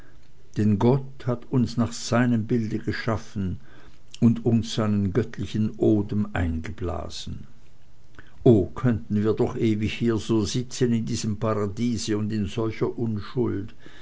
denn gott hat uns nach seinem bilde geschaffen und uns seinen göttlichen odem eingeblasen oh könnten wir doch ewig hier so sitzen in diesem paradiese und in solcher unschuld